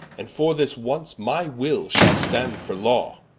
and for this once, my will shall stand for law